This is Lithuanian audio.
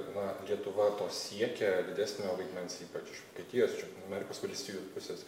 na lietuva to siekia didesnio vaidmens ypač iš vokietijos iš amerikos valstijų pusės